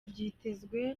byitezwe